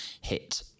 hit